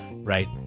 Right